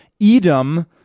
Edom